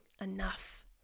enough